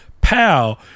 pal